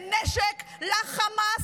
זה נשק לחמאס,